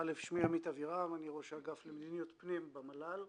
ראש האגף למדיניות פנים במל"ל.